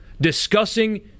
discussing